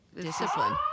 discipline